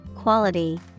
quality